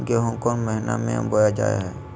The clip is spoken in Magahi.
गेहूँ कौन महीना में बोया जा हाय?